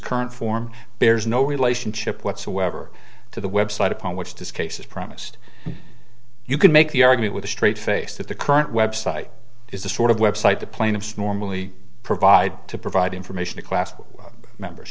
current form bears no relationship whatsoever to the website upon which this case is premised you can make the argument with a straight face that the current website is the sort of website the plaintiffs normally provide to provide information in class members